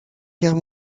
guerre